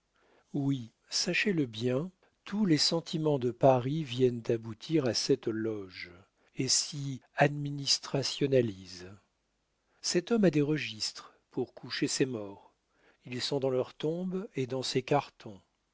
oui sachez-le bien tous les sentiments de paris viennent aboutir à cette loge et s'y administrationalisent cet homme a des registres pour coucher ses morts ils sont dans leur tombe et dans ses cartons